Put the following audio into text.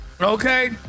okay